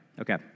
okay